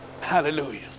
Hallelujah